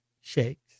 shakes